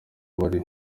wari